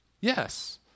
yes